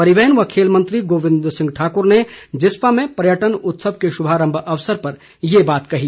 परिवहन व खेल मंत्री गोविंद सिंह ठाकुर ने जिस्पा में पर्यटन उत्सव के शुभारम्भ अवसर पर ये बात कही